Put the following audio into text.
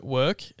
work